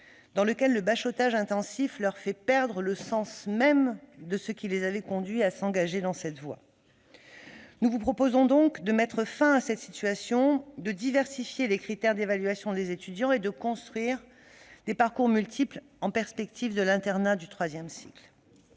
dans lequel le bachotage intensif leur fait perdre le sens même de ce qui les avait conduits à s'engager dans cette voie. Nous vous proposons donc de mettre fin à cette situation, de diversifier les critères d'évaluation des étudiants et de construire des parcours multiples, en perspective de l'internat du troisième cycle.